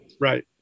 Right